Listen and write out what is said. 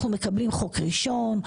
אנחנו מקבלים חוק ראשון,